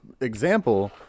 example